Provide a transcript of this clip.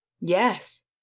Yes